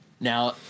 now